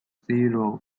zero